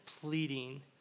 pleading